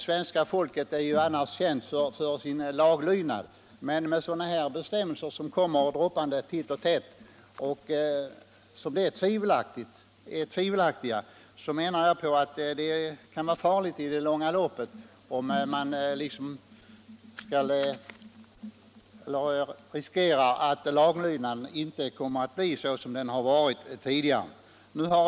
Svenska folket är annars känt för sin laglydnad, men jag menar att man i det långa loppet kan riskera att laglydnaden inte blir sådan den varit om tvivelaktiga bestämmelser kommer droppande titt och tätt.